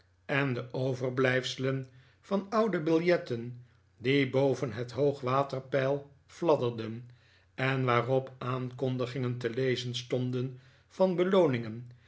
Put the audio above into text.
en de overblijfselen van oude biljetten die boven het hoogwaterpeil fladderden en waarop aankondigingen te lezen stonden van belooningen